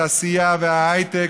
התעשייה וההייטק,